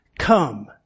Come